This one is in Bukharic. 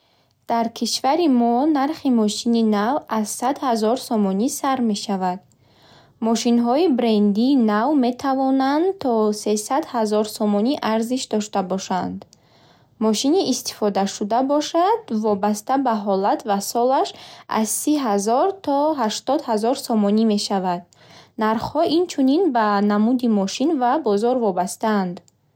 Дар кишвари мо нархи мошини нав аз сад ҳазор сомонӣ сар мешавад. Мошинҳои брендии нав метавонанд то сесад ҳазор сомонӣ арзиш дошта бошанд. Мошини истифодашуда бошад, вобаста ба ҳолат ва солаш, аз си ҳазор то ҳаштод ҳазор сомонӣ мешавад. Нархҳо инчунин ба намуди мошин ва бозор вобастаанд.